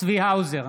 צבי האוזר,